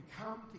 come